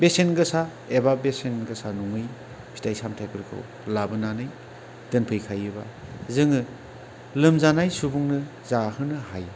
बेसेन गोसा एबा बेसेन गोसा नङै फिथाइ सामथाइफोरखौ लाबोनानै देखायोबा जोङो लोमजानाय सुबुंनो जाहोनो हायो